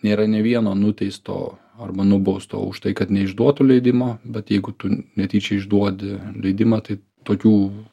nėra nė vieno nuteisto arba nubausto už tai kad neišduotų leidimo bet jeigu tu netyčia išduodi leidimą tai tokių